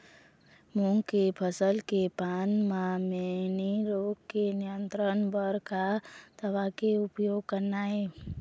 मूंग के फसल के पान म मैनी रोग के नियंत्रण बर का दवा के उपयोग करना ये?